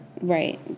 right